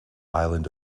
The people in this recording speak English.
island